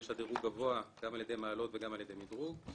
יש לה דירוג גבוה על ידי מעלות ועל ידי מדרוג.